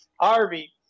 Harvey